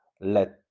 let